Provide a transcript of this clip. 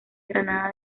granada